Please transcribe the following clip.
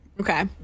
Okay